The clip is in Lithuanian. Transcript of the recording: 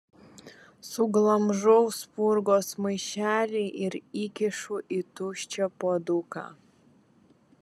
suglamžau spurgos maišelį ir įkišu į tuščią puoduką